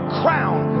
crown